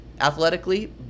athletically